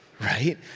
right